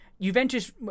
Juventus